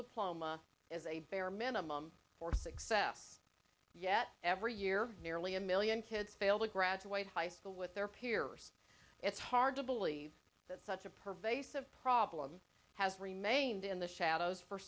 diploma is a bare minimum for success yet every year nearly a million kids fail to graduate high school with their peers it's hard to believe that such a pervasive problem has remained in the shadows for